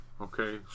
Okay